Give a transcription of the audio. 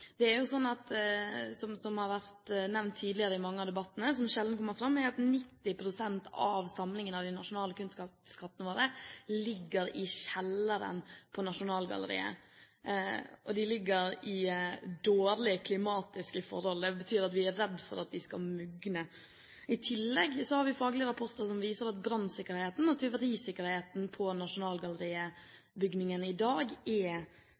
Som det har vært nevnt tidligere i mange av debattene, som sjelden kommer fram, ligger 90 pst. av samlingene av de nasjonale kunstskattene våre i kjelleren på Nasjonalgalleriet. De ligger i dårlige klimatiske forhold. Det betyr at vi er redd for at de skal mugne. I tillegg har vi faglige rapporter som viser at brannsikkerheten og tyverisikkerheten i nasjonalgalleribygningen i dag er